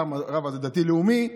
פעם הרב הזה דתי-לאומי.